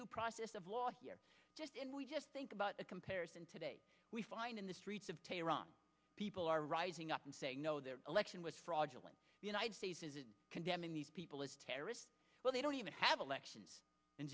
to process of last year just think about a comparison today we find in the streets of tehran people are raw using up and saying no their election was fraudulent the united states is condemning these people as terrorists well they don't even have elections and